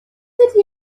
ydy